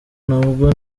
nabwo